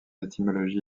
étymologie